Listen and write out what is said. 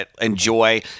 enjoy